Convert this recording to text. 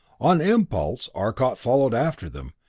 on impulse arcot followed after them,